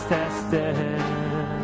tested